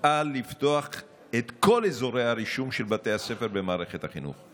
שתפעל לפתוח את כל אזורי הרישום של בתי הספר במערכת החינוך.